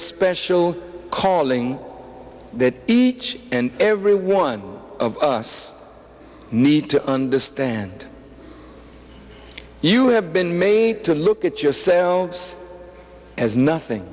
special calling that each and every one of us need to understand you have been made to look at yourselves as nothing